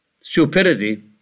stupidity